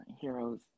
heroes